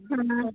ହଁ